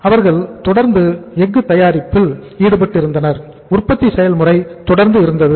அவர்கள் தொடர்ந்து எஃகு தயாரிப்பில் ஈடுபட்டிருந்தனர் உற்பத்தி செயல்முறை தொடர்ந்து இருந்தது